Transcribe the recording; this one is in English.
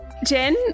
Jen